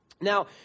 Now